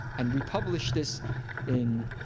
and we published this in